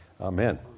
amen